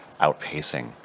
outpacing